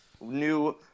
New